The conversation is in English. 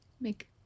make